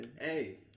Hey